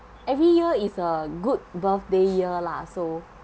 every year is a good birthday year lah so